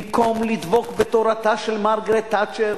במקום לדבוק בתורתה של מרגרט תאצ'ר,